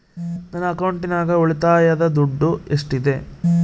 ನನ್ನ ಅಕೌಂಟಿನಾಗ ಉಳಿತಾಯದ ದುಡ್ಡು ಎಷ್ಟಿದೆ?